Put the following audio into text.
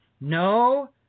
No